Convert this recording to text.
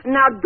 Now